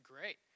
great